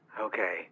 Okay